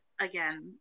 again